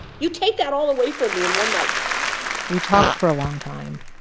you take that all away from me in one night we talked for a long time,